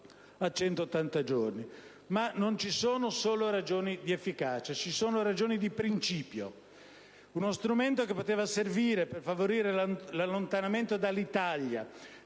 a 180 giorni. Ma non ci sono solo ragioni di efficacia, bensì anche di principio. Uno strumento che poteva servire per favorire l'allontanamento dall'Italia